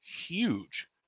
huge